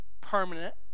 permanent